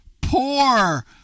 poor